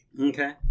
Okay